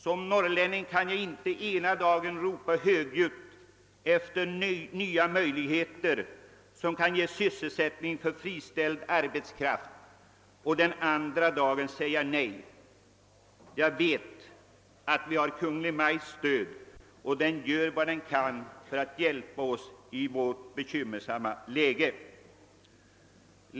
Som norrlänning kan jag inte den ena dagen ropa högljutt efter nya möjligheter som kan ge sysselsättning för friställd arbetskraft och den andra dagen säga nej därtill. Jag vet att vi har Kungl. Maj:ts stöd och att regeringen gör vad den kan för att hjälpa oss i vårt bekymmersamma läge.